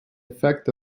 effect